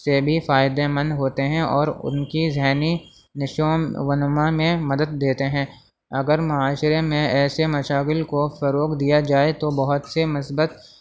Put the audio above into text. سے بھی فائدے مند ہوتے ہیں اور ان کی ذہنی نشو و نما میں مدد دیتے ہیں اگر معاشرے میں ایسے مشاغل کو فروغ دیا جائے تو بہت سے مثبت